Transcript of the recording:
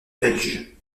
belge